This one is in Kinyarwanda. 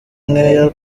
nkeya